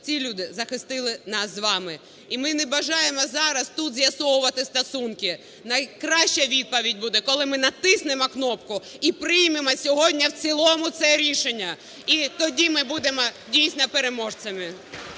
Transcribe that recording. ці люди захистили нас з вами. І ми не бажаємо зараз тут з'ясовувати стосунки. Найкраща відповідь буде, коли ми натиснемо кнопку і приймемо сьогодні в цілому це рішення. І тоді ми будемо, дійсно, переможцями.